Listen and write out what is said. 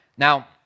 Now